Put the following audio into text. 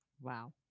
wow